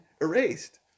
erased